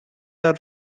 are